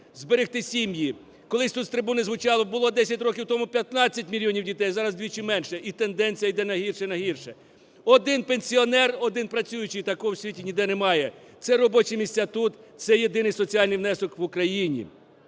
зберегти сім'ї. Колись тут з трибуни звучало, було 10 років тому 15 мільйонів дітей, а зараз вдвічі менше, і тенденція іде на гірше, на гірше. Один пенсіонер, один працюючий – такого в світі ніде немає. Це робочі місця тут, це єдиний соціальний внесок в Україні.